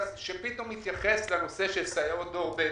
שפתאום מתייחס לנושא של סייעות דור ב'